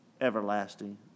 everlasting